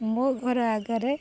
ମୋ ଘର ଆଗରେ